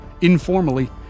Informally